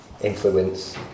influence